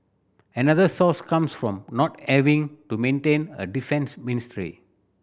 another source comes from not having to maintain a defence ministry